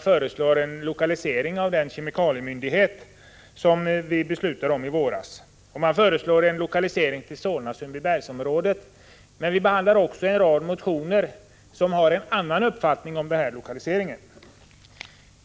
föreslår en lokalisering av den kemikaliemyndighet som vi beslutade om i våras. Man föreslår en lokalisering till Solna-Sundbybergområdet. Men vi behandlar också en rad motioner som ger uttryck för en annan uppfattning om denna lokalisering.